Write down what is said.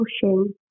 pushing